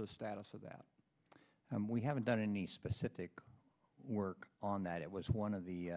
the status of that and we haven't done any specific work on that it was one of the